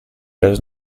does